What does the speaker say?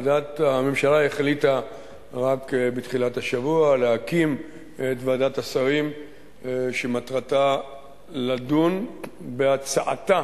הממשלה החליטה רק בתחילת השבוע להקים את ועדת השרים שמטרתה לדון בהצעתה